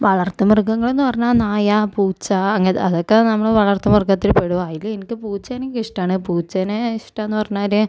വളർത്ത് മൃഗങ്ങളെന്ന് പറഞ്ഞാൽ നായ പൂച്ച അങ്ങ അതൊക്കെ നമ്മള് വളർത്ത് മൃഗത്തില് പെടും അതിൽ എനക്ക് പൂച്ചേനെക്കെ ഇഷ്ടാണ് പൂച്ചേനെ ഇഷ്ടമാന്ന് പറഞ്ഞാല്